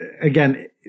again